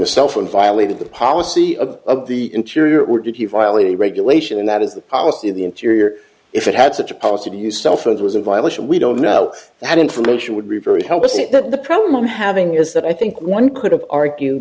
the cell phone violated the policy of the interior or did he violate the regulation and that is the policy of the interior if it had such a policy to use cell phones was a violation we don't know that information would be very help us it but the problem i'm having is that i think one could have argued